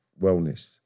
wellness